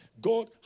God